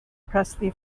presley